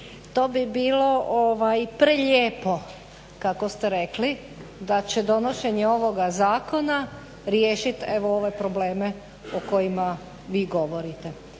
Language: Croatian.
To bi bilo prelijepo kako ste rekli da će donošenje ovoga zakona riješiti evo ove probleme o kojima vi govorite.